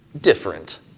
different